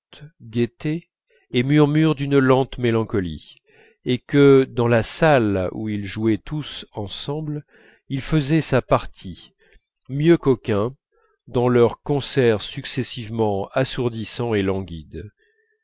gaieté murmures d'une lente mélancolie et que dans la salle où ils jouaient tous ensemble il faisait sa partie mieux qu'aucun dans leurs concerts successivement assourdissants et languides